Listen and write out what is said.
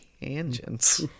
tangents